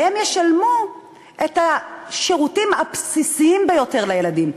והן ישלמו את השירותים הבסיסיים ביותר לילדים.